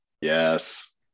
Yes